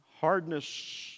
hardness